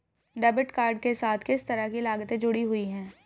Debit card के साथ किस तरह की लागतें जुड़ी हुई हैं?